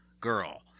Girl